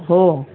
हो